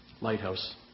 lighthouse